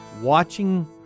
watching